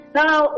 now